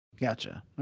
gotcha